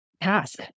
task